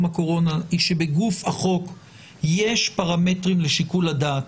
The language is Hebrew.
הקורונה הוא שבגוף החוק יש פרמטרים לשיקול הדעת.